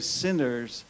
sinners